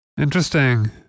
interesting